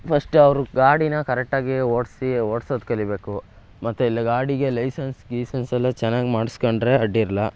first ಅವರು ಗಾಡಿನ ಕರೆಕ್ಟಾಗಿ ಓಡಿಸಿ ಓಡ್ಸೋದು ಕಲಿಬೇಕು ಮತ್ತು ಇಲ್ಲ ಗಾಡಿಗೆ ಲೈಸೆನ್ಸ್ ಗೀಸನ್ಸ್ ಎಲ್ಲ ಚೆನ್ನಾಗಿ ಮಾಡಿಸ್ಕೊಂಡ್ರೆ ಅಡ್ಡಿರಲ್ಲ